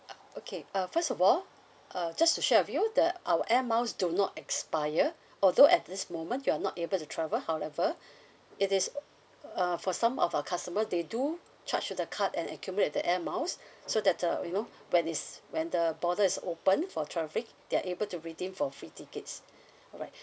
okay uh first of all uh just to share with you the our air miles do not expire although at this moment you're not able to travel however it is err for some of our customers they do charge to the card and accumulate the air miles so that uh you know when it's when the border is open for traffic they are able to redeem for free tickets alright